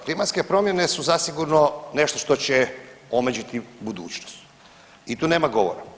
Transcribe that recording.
Klimatske promjene su zasigurno nešto što će omeđiti budućnost i tu nema govora.